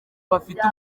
bafite